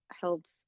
helps